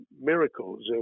miracles